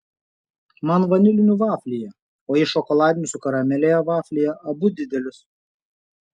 man vanilinių vaflyje o jai šokoladinių su karamele vaflyje abu didelius